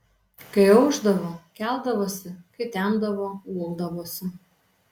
kai aušdavo keldavosi kai temdavo guldavosi